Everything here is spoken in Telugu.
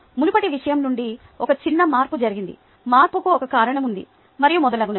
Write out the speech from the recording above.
మునుపటి విషయం నుండి ఒక చిన్న మార్పు జరిగింది మార్పుకు ఒక కారణం ఉంది మరియు మొదలగునవి